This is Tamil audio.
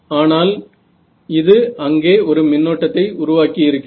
ஆனால் இது அங்கே ஒரு மின்னோட்டத்தை உருவாக்கியிருக்கிறது